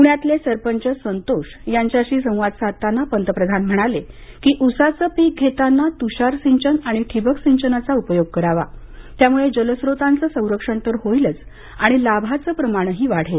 प्ण्यातले सरपंच संतोष यांच्याशी संवाद साधताना पंतप्रधान म्हणाले की उसाचे पीक घेताना त्षार सिंचन आणि ठिबक सिंचनाचा उपयोग करावा त्यामुळे जलस्रोतांचे संरक्षण होईल आणि लाभाचे प्रमाणही वाढेल